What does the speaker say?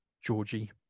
Georgie